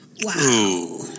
Wow